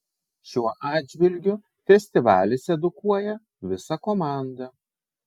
šiuo atžvilgiu festivalis edukuoja visą komandą